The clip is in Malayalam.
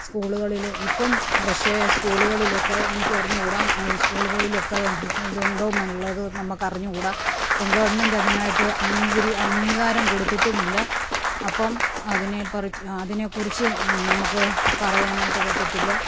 സ്കൂളുകളിലും ഇപ്പം പക്ഷേ സ്കൂളുകളിലൊക്കെ എനിക്ക് അറിഞ്ഞുകൂട സ്കൂളുകളിലൊക്കെ ഇതുണ്ടോയെന്നുള്ളത് നമ്മൾക്കറിഞ്ഞുകൂട ഇപ്പം ഗവൺമെന്റ് അതിനായിട്ട് അംഗീകരിച്ച് അംഗീകാരം കൊടുത്തിട്ടുമില്ല അപ്പം അതിനെപ്പറ്റിയിട്ട് ആ അതിനെക്കുറിച്ച് നമ്മൾക്ക് പറയാനായിട്ട് പറ്റത്തില്ല